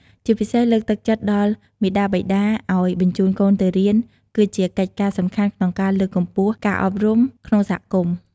ជាពិសេស លើកទឹកចិត្តដល់មាតាបិតាឱ្យបញ្ជូនកូនទៅរៀន គឺជាកិច្ចការសំខាន់ក្នុងការ លើកកម្ពស់ការអប់រំ ក្នុងសហគមន៍។